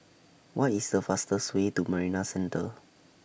What IS The fastest Way to Marina Centre